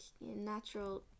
natural